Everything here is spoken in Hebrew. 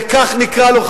וכך נקרא לו,